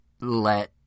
let